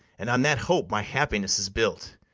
and on that hope my happiness is built.